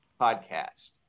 podcast